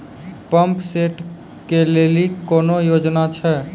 Pump set केलेली कोनो योजना छ?